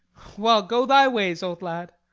well, go thy ways, old lad,